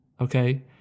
okay